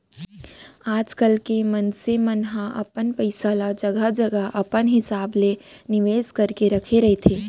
आजकल के मनसे मन ह अपन पइसा ल जघा जघा अपन हिसाब ले निवेस करके रखे रहिथे